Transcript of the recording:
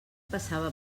passava